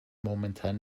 momentan